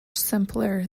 simpler